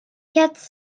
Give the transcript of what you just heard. quatre